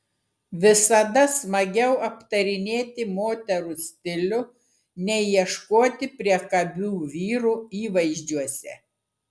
visada smagiau aptarinėti moterų stilių nei ieškoti priekabių vyrų įvaizdžiuose